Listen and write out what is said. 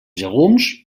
llegums